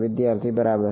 વિદ્યાર્થી બરાબર